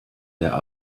der